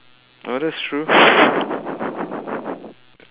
oh that's true